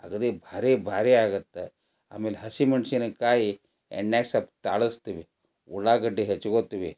ಅಗದಿ ಭಾರಿ ಭಾರಿ ಆಗುತ್ತೆ ಆಮೇಲೆ ಹಸಿ ಮೆಣಸಿನಕಾಯಿ ಎಣ್ಣೆಲಿ ಸ್ವಲ್ಪ ತಾಡಿಸ್ತೀವಿ ಉಳ್ಳಾಗಡ್ಡಿ ಹೆಚ್ಕೊಳ್ತೀವಿ